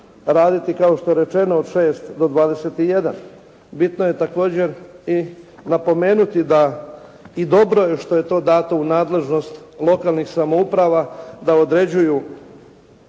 raditi kao što je rečeno od 6 do 21. Bitno je također i napomenuti da i dobro je što je to dato u nadležnost lokalnih samouprava da određuju